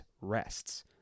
rests